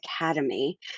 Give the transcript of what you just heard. Academy